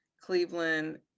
Cleveland